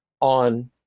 on